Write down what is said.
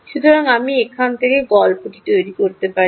সুতরাং আমি এখান থেকে গল্পটি তৈরি করতে পারি